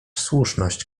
słuszność